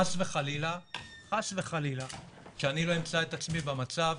חס וחלילה שאני לא אמצא את עצמי במצב